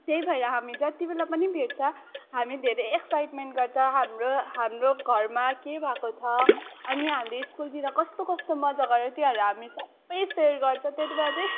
त्यही भएर हामी जतिबेला पनि भेट्छ हामी धेरै एक्साइट्मेन्ट गर्छ हाम्रो हाम्रो घरमा के भएको छ अनि हामी स्कुलतिर कस्तो कस्तो मज्जा गऱ्यो त्योहरू हामी सबै सेयर गर्छ त्यति बेला चाहिँ